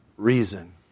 reason